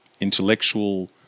intellectual